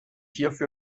hierfür